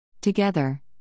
Together